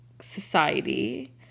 society